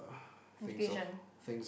education